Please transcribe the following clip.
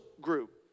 group